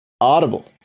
Audible